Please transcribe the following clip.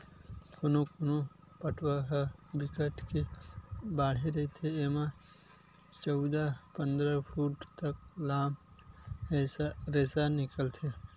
कोनो कोनो पटवा ह बिकट के बाड़हे रहिथे त एमा चउदा, पंदरा फूट तक लाम रेसा निकलथे